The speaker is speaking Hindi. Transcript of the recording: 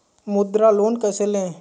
मुद्रा लोन कैसे ले?